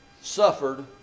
suffered